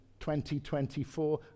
2024